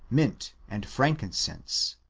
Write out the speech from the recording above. mint, and frankincense,